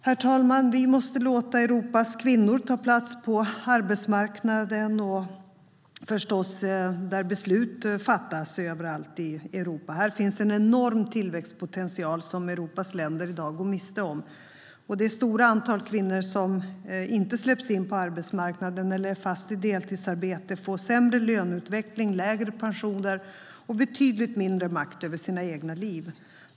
Herr talman! Vi måste låta Europas kvinnor ta plats på arbetsmarknaden och förstås där beslut fattas överallt i Europa. Här finns en enorm tillväxtpotential som Europas länder i dag går miste om. Det stora antal kvinnor i Europa som inte släpps in på arbetsmarknaden eller är fast i deltidsarbete får sämre löneutveckling, lägre pensioner och betydligt mindre makt över sina egna liv.